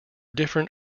different